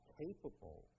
capable